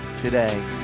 today